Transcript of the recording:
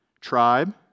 tribe